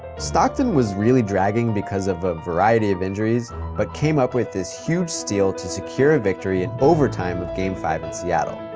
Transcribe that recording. stockton was really dragging because of a variety of injuries but came up with this huge steal to secure a victory in overtime of game five in seattle.